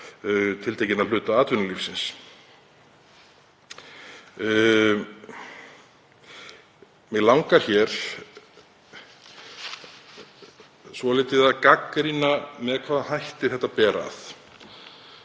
tiltekinna hluta atvinnulífsins. Mig langar svolítið að gagnrýna með hvaða hætti þetta ber að.